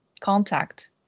contact